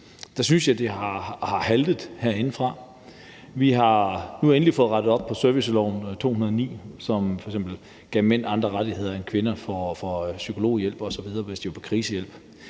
Der synes jeg, at det har haltet herindefra. Vi har nu endelig fået rettet op på det i serviceloven, som f.eks. gav kvinder andre rettigheder end mænd i forhold til at have psykologhjælp osv., hvis de var på krisehjælp,